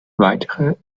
weitere